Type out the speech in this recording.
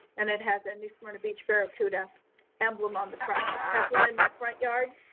and it has a new smyrna beach barracuda emblem on the front, have one in my front yard.